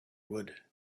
would